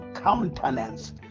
countenance